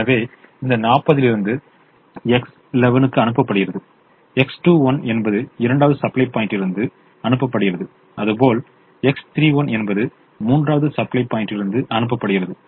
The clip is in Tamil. எனவே இந்த 40 இலிருந்து X11 க்கு அனுப்பப்படுகிறது X21 என்பது இரண்டாவது சப்ளை பாயிண்டிலிருந்து அனுப்பப்படுகிறது அதுபோல் X31 என்பது மூன்றாவது சப்ளை பாயிண்டிலிருந்து அனுப்பப்படுகிறது